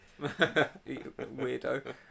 Weirdo